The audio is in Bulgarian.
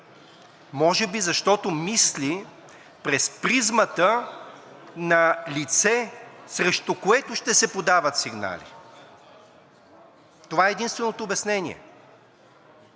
Може би защото мисли през призмата на лице, срещу което ще се подават сигнали. Това е единственото обяснение!